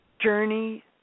journey